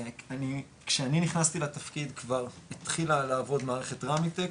כשאני נכנסתי לתפקיד כבר התחילה לעבוד מערכת רמיטק,